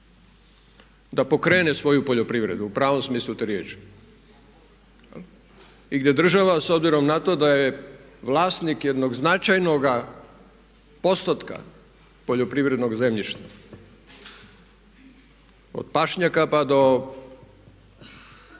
da pokrene svoju poljoprivredu u pravom smislu te riječi i gdje država s obzirom na to da je vlasnik jednog značajnoga postotka poljoprivrednog zemljišta od pašnjaka pa do